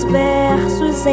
versos